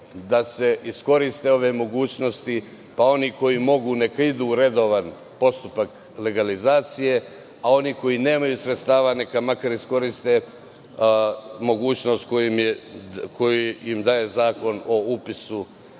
da se iskoriste ove mogućnosti, pa oni koji mogu neka idu u redovan postupak legalizacije, a oni koji nemaju sredstava, neka makar iskoriste mogućnost koju im daje Zakon o upisu u katastar